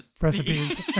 recipes